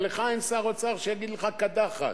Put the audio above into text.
אבל לך אין שר אוצר שיגיד לך: קדחת.